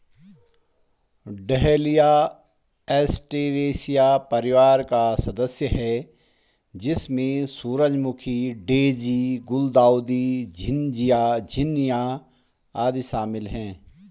dahlia Asteraceae परिवार का सदस्य है, जिसमें सूरजमुखी, डेज़ी, गुलदाउदी, झिननिया भी शामिल है